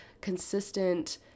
consistent